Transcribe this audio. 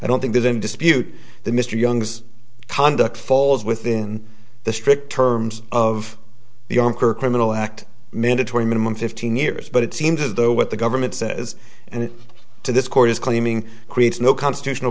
i don't think there's any dispute that mr young's conduct falls within the strict terms of the younger criminal act mandatory minimum fifteen years but it seems as though what the government says and to this court is claiming creates no constitutional